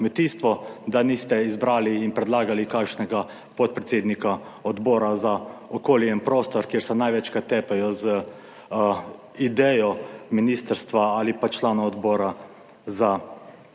da niste izbrali in predlagali kakšnega podpredsednika Odbora za okolje in prostor, kjer se največkrat tepejo z idejo ministrstva, ali pa člana odbora za kmetijstvo.